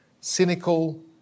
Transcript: cynical